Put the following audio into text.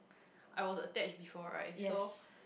I was attached before right so